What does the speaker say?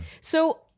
So-